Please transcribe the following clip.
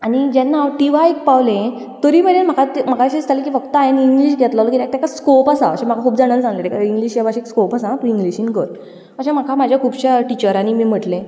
आनी जेन्ना हांव टी वायक पावलें तरी मेरेन म्हाका म्हाका अशें दिसतालें की फक्त हांवें इंग्लीश घेतलेलो कित्याक ताका स्कॉप आसा अशें म्हाका खूब जाणानीं सांगलेलें इंग्लीश ह्या भाशेक स्कॉप आसा आं तूं इंग्लीशीन कर अशें म्हाका म्हज्या खुबश्या टिचरांनी बीन म्हटलें